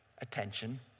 attention